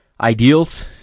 ideals